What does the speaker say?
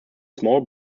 small